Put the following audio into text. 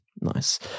Nice